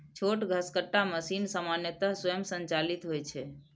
छोट घसकट्टा मशीन सामान्यतः स्वयं संचालित होइ छै